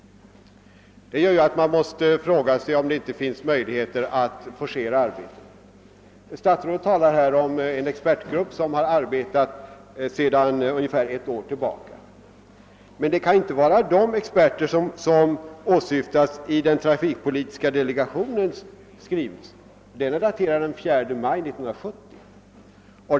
Det gör att man måste fråga sig, om det inte finns möjligheter att forcera arbetet. | Statsrådet talar om en expertgrupp som har arbetat sedan ungefär ett år tillbaka. Men det kan inte vara dessa experter som åsyftas i den trafikpolitiska. delegationens skrivelse. Den är nämligen daterad den 4 maj 1970.